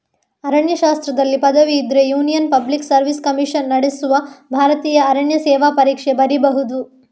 ಅರಣ್ಯಶಾಸ್ತ್ರದಲ್ಲಿ ಪದವಿ ಇದ್ರೆ union public service commission ನಡೆಸುವ ಭಾರತೀಯ ಅರಣ್ಯ ಸೇವೆ ಪರೀಕ್ಷೆ ಬರೀಬಹುದು